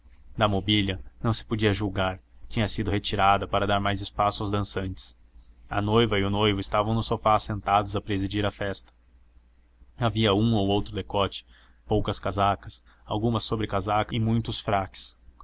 da mobília não se podia julgar tinha sido retirada para dar mais espaço aos dançantes a noiva e o noivo estavam no sofá sentados a presidir a festa havia um ou outro decote poucas casacas algumas sobrecasacas e muitos fraques